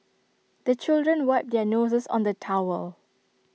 the children wipe their noses on the towel